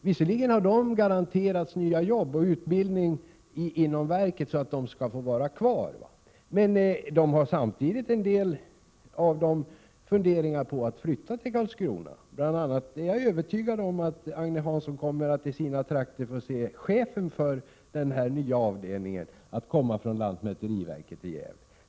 Visserligen har de garanterats nya jobb och utbildning inom verket, så de skall få vara kvar, men en del av dem har samtidigt funderingar på att flytta till Karlskrona. Jag är övertygad om att Agne Hansson i sina trakter bl.a. kommer att få se chefen för den nya avdelningen komma från lantmäteriverket i Gävle.